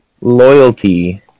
loyalty